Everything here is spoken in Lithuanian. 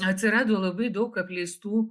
atsirado labai daug apleistų